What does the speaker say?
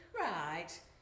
Right